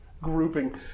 grouping